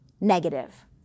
negative